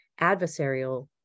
adversarial